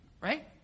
right